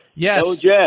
Yes